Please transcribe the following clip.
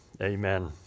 amen